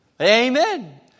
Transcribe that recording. Amen